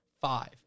Five